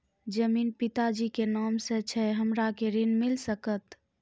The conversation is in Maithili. जमीन पिता जी के नाम से छै हमरा के ऋण मिल सकत?